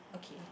okay